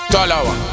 Talawa